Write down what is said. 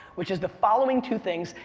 which is the following two things.